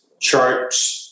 charts